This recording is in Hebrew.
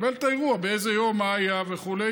נקבל את האירוע, באיזה יום, מה היה וכו'.